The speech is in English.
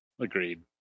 agreed